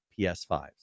PS5s